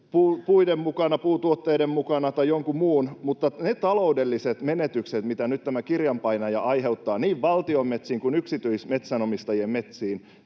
ulkomailta puutuotteiden mukana tai jonkun muun, mutta niihin taloudellisiin menetyksiin, mitä nyt tämä kirjanpainaja aiheuttaa niin valtion metsiin kuin yksityismetsänomistajien metsiin,